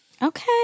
Okay